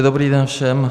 Dobrý den všem.